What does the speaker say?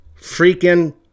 freaking